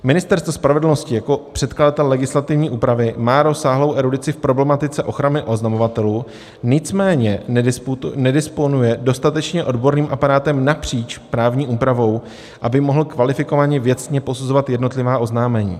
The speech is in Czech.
Ministerstvo spravedlnosti jako předkladatel legislativní úpravy má rozsáhlou erudici v problematice ochrany oznamovatelů, nicméně nedisponuje dostatečně odborným aparátem napříč právní úpravou, aby mohlo kvalifikovaně věcně posuzovat jednotlivá oznámení.